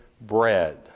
bread